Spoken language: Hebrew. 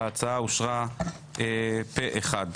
ההצעה אושרה פה אחד.